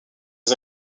ses